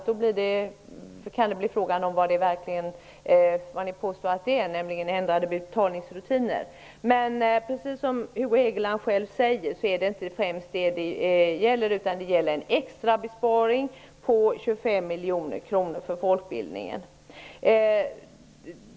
Då kan det verkligen bli fråga om vad ni påstår att det är, nämligen ändrade betalningsrutiner. Precis som Hugo Hegeland själv säger är det inte främst detta som det gäller, utan det är fråga om en extra besparing på 25 miljoner kronor för folkbildningen.